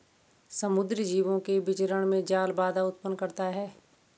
समुद्री जीवों के विचरण में जाल बाधा उत्पन्न करता है